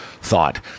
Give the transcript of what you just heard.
thought